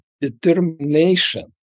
determination